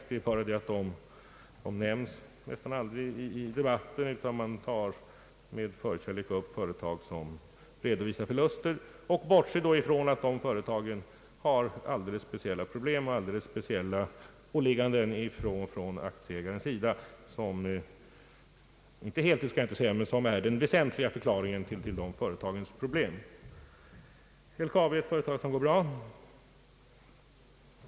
Det är bara det att de nästan aldrig nämns i debatten, utan man tar med förkärlek upp företag som redovisar förluster och bortser från att dessa företag har alldeles speciella problem och alldeles speciella åligganden från aktieägarens sida som, jag skall inte säga helt men till väsentlig del, förklarar dessa företags problem. LKAB är ett företag som går bra.